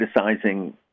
criticizing